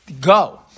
Go